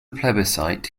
plebiscite